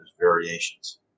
Variations